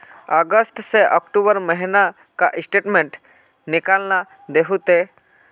अगस्त से अक्टूबर महीना का स्टेटमेंट निकाल दहु ते?